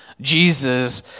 Jesus